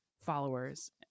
followers